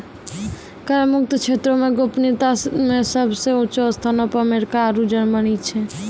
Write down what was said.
कर मुक्त क्षेत्रो मे गोपनीयता मे सभ से ऊंचो स्थानो पे अमेरिका आरु जर्मनी छै